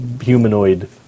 humanoid